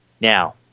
Now